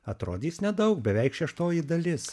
atrodys nedaug beveik šeštoji dalis